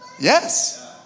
Yes